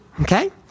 Okay